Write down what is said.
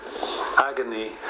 agony